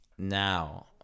Now